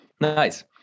Nice